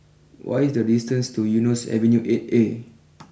what is the distance to Eunos Avenue eight A